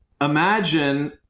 imagine